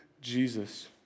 Jesus